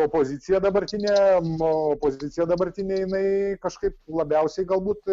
opozicija dabartinė opozicija dabartinė jinai kažkaip labiausiai galbūt